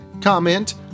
comment